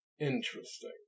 Interesting